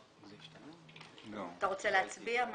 אתה רוצה להצביע?